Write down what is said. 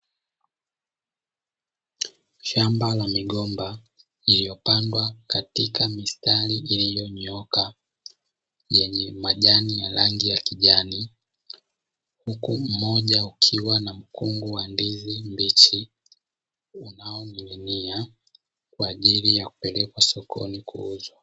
Shamba la migomba lililopandwa katika mistari iliyonyooka, yenye majani ya rangi ya kijani, huku mmoja ukiwa na mkungu wa ndizi mbichi unaoning'inia, kwa ajili ya kupelekwa sokoni kuuzwa.